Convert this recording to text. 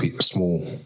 small